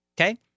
Okay